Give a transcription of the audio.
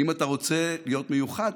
ואם אתה רוצה להיות מיוחד,